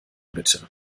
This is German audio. bitte